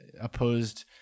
opposed